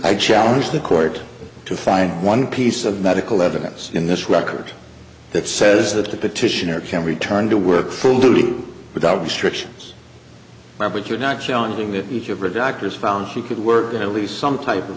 i challenge the court to find one piece of medical evidence in this record that says that the petitioner can return to work full duty without restrictions which are not challenging that each of her doctors found she could work at least some type of